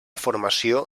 formació